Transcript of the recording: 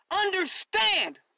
Understand